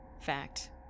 Fact